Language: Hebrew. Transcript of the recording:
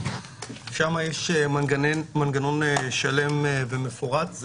חוק רישוי עסקים יש לו מנגנון שלם ומפורט.